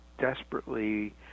Desperately